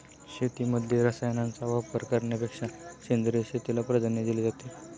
शेतीमध्ये रसायनांचा वापर करण्यापेक्षा सेंद्रिय शेतीला प्राधान्य दिले जाते